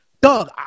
Doug